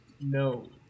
No